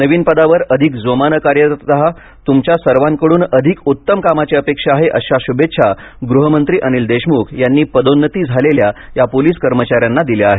नवीन पदावर अधिक जोमाने कार्यरत रहा तुमच्या सर्वांकडून अधिक उत्तम कामाची अपेक्षा आहे अशा शुभेच्छा गृहमंत्री अनिल देशमुख यांनी पदोन्नत झालेल्या या पोलीस कर्मचाऱ्यांना दिल्या आहेत